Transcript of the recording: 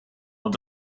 und